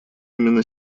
именно